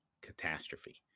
catastrophe